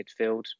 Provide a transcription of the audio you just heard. midfield